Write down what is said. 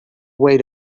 wait